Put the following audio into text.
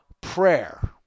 prayer